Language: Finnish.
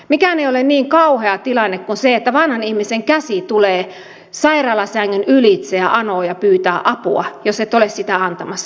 mikään ei ole niin kauhea tilanne kuin se että vanhan ihmisen käsi tulee sairaalasängyn ylitse ja anoo ja pyytää apua jos et ole sitä antamassa